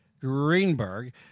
Greenberg